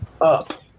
up